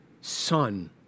Son